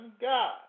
God